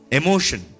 emotion